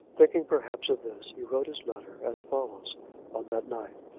thinking, perhaps, of this he wrote his letter as follows on that night.